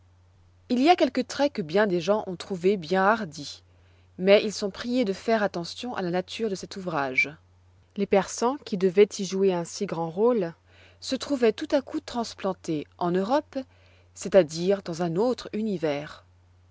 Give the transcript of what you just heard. il y a quelques traits que bien des gens ont trouvés bien hardis mais ils sont priés de faire attention à la nature de cet ouvrage les persans qui devaient y jouer un si grand rôle se trouvoient tout à coup transplantés en europe c'est-à-dire dans un autre univers